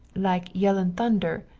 like yellin thunder,